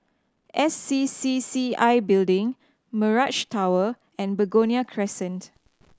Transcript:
S C C C I Building Mirage Tower and Begonia Crescent